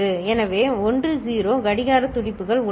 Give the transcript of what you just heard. எனவே 10 கடிகார துடிப்புகள் உள்ளன